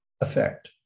effect